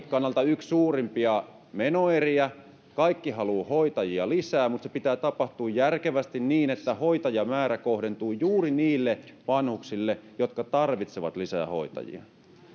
kannalta yksi suurimpia menoeriä kaikki haluavat hoitajia lisää mutta sen pitää tapahtua järkevästi niin että hoitajamäärä kohdentuu juuri niille vanhuksille jotka tarvitsevat lisää hoitajia